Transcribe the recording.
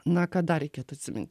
na ką dar reikėtų atsimint